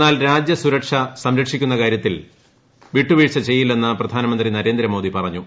എന്നാൽ രാജൃസുരക്ഷ സംരക്ഷിക്കുന്ന കാര്യത്തിൽ വിട്ടുവീഴ്ച ചെയ്യില്ലെന്ന് പ്രധാനമന്ത്രി നരേന്ദ്രമോദി പറഞ്ഞു